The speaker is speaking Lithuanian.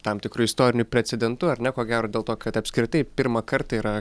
tam tikru istoriniu precedentu ar ne ko gero dėl to kad apskritai pirmą kartą yra